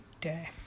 day